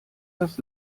das